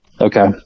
Okay